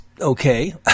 okay